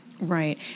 Right